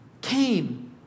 came